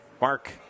Mark